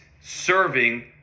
serving